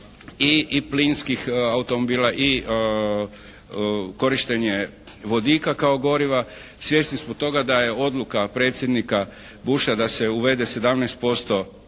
i plinskih automobila i korištenje vodika kao goriva. Svjesni smo toga da je odluka predsjednika Busha da se uvede 17%